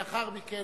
לאחר מכן,